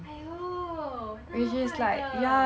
!aiyo! 那么坏的